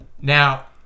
Now